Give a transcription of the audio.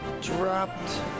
dropped